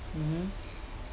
mmhmm